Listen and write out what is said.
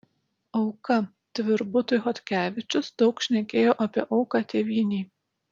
auka tvirbutui chodkevičius daug šnekėjo apie auką tėvynei